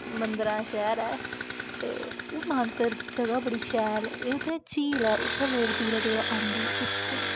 मंदरें दा शैह्र ऐ ते ओह् मानसर जगह् बड़ी शैल ते उत्थे झील ऐ उत्थे लोक दूरा दूरा आंदे दिखदे